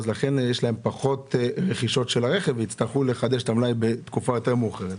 לכן יש להם פחות רכישות רכב ויצטרכו לחדש את המלאי בתקופה יותר מאוחרת.